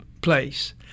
place